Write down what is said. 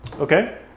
Okay